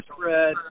spread